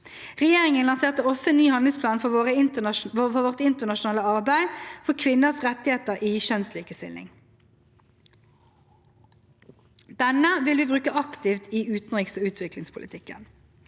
Regjeringen lanserte også en ny handlingsplan for vårt internasjonale arbeid for kvinners rettigheter og kjønnslikestilling. Denne vil vi bruke aktivt i utenriks- og utviklingspolitikken.